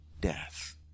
death